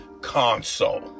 console